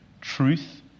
truth